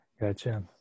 gotcha